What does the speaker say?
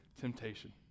temptation